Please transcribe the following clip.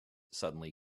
suddenly